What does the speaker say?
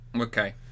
Okay